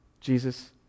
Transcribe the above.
Jesus